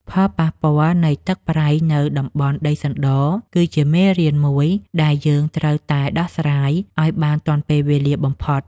ផលប៉ះពាល់នៃទឹកប្រៃនៅតំបន់ដីសណ្តគឺជាមេរៀនមួយដែលយើងត្រូវតែដោះស្រាយឱ្យបានទាន់ពេលវេលាបំផុត។